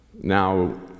Now